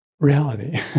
reality